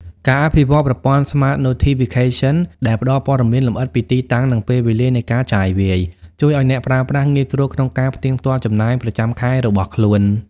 ការអភិវឌ្ឍប្រព័ន្ធ Smart Notification ដែលផ្ដល់ព័ត៌មានលម្អិតពីទីតាំង និងពេលវេលានៃការចាយវាយ ជួយឱ្យអ្នកប្រើប្រាស់ងាយស្រួលក្នុងការផ្ទៀងផ្ទាត់ចំណាយប្រចាំខែរបស់ខ្លួន។